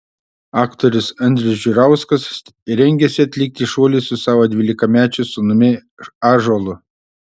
aktorius andrius žiurauskas rengiasi atlikti šuolį su savo dvylikamečiu sūnumi ąžuolu